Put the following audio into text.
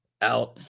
Out